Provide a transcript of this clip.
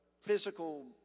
physical